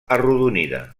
arrodonida